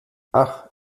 ach